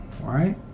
right